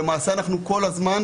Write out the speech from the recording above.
למעשה אנחנו כל הזמן